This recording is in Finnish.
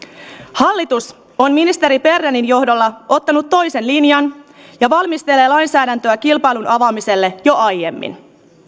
hallitus on ministeri bernerin johdolla ottanut toisen linjan ja valmistelee lainsäädäntöä kilpailun avaamiselle jo aiemmin